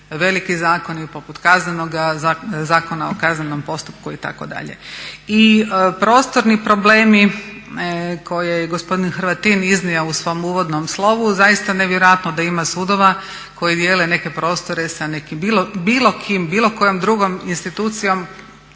veliki zakoni poput kaznenoga, Zakona o kaznenom postupku itd.. I prostorni problemi koje je gospodin Hrvatin iznio u svom uvodnom slovu zaista nevjerojatno da ima sudova koji dijele neke prostore sa nekim, bilo kim, bilo kojom drugom institucijom